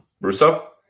Russo